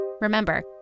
Remember